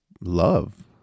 love